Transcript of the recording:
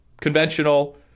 conventional